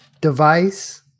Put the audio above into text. device